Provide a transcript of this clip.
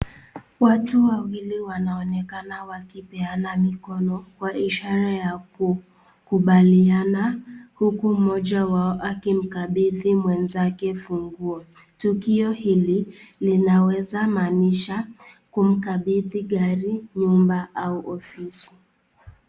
Watu wawili wanaonekana wakipeana mikono kwa ishara ya kukubaliana huku mmoja wao akimkabidhi funguo tukio hili linaweza maanisha kumkabidhi gari, nyumba au ofisi